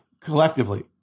collectively